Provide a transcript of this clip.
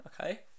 okay